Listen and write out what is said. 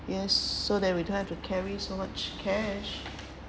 yes so that we don't have to carry so much cash